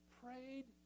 prayed